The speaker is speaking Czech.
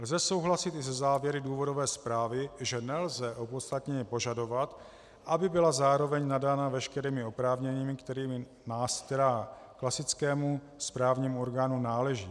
Lze souhlasit i se závěry důvodové zprávy, že nelze opodstatněně požadovat, aby byla zároveň nadána veškerými oprávněními, která klasickému správnímu orgánu náleží.